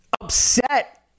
upset